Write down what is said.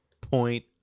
point